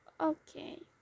Okay